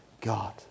God